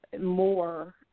more